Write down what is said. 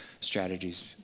strategies